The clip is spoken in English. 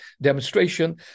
demonstration